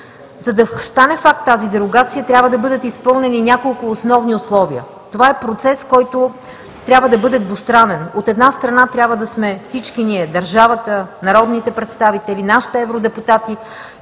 За да стане факт тази дерогация, трябва да бъдат изпълнени няколко основни условия. Това е процес, който трябва да бъде двустранен. От една страна, всички ние – държавата, народните представители, нашите евродепутати,